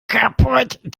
kaputt